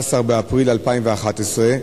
16 באפריל 2011,